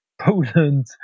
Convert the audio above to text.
Poland